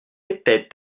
était